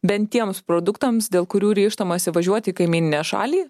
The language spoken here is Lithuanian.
bent tiems produktams dėl kurių ryžtamasi važiuoti į kaimyninę šalį